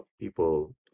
people